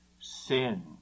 sin